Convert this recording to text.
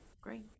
great